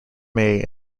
may